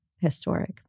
historic